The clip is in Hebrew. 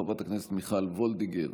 חברת הכנסת מיכל וולדיגר,